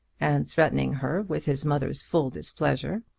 and threatening her with his mother's full displeasure.